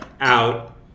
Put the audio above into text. out